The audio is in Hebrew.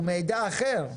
הוא מידע אחר.